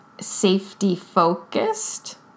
safety-focused